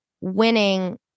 winning